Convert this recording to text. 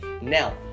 Now